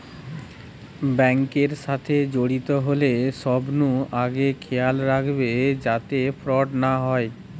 bank এর সাথে জড়িত হলে সবনু আগে খেয়াল রাখবে যাতে ফ্রড না হয়